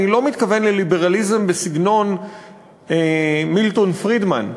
אני לא מתכוון לליברליזם בסגנון מילטון פרידמן,